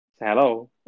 Hello